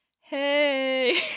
hey